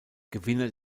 gewinner